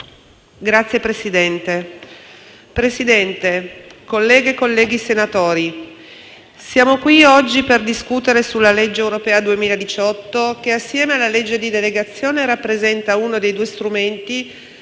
Signor Presidente, colleghe e colleghi senatori, siamo qui oggi per discutere della legge europea 2018, che assieme alla legge di delegazione europea rappresenta uno dei due strumenti